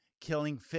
killing